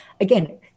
again